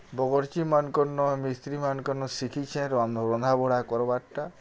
ବଗର୍ଚ୍ଚୀ ମାନ୍କର୍ନ ମିସ୍ତ୍ରୀ ମାନ୍କର୍ନ ଶିଖିଛେଁ ରନ୍ଧା ବଢ଼ା କର୍ବାର୍ଟା